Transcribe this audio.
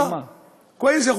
מה המשמעות של זה, זוהיר?)